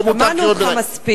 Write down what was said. פה מותר קריאות ביניים.